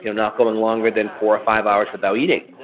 you know not going longer than four or five hours without eating.